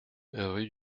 rue